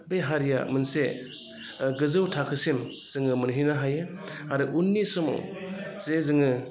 बे हारिया मोनसे गोजौ थाखोसिम जोङो मोनहैनो हायो आरो उननि समाव जे जोङो